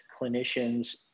clinicians